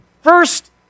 first